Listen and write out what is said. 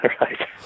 Right